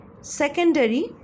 secondary